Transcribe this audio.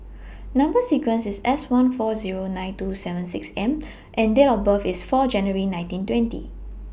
Number sequence IS S one four Zero nine two seven six M and Date of birth IS four January nineteen twenty